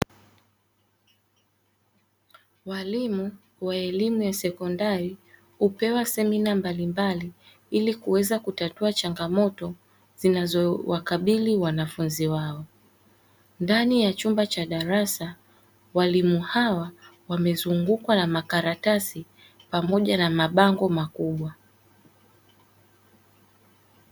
Walimu wa elimu ya sekondari hupewa semina mbalimbali ili kuweza kutatua changamoto zinazowakabiri wanafunzi wao. Ndani ya chumba cha darasa walimu hawa wamezungukwa na makaratasi pamoja na mabango makubwa.